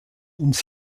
uns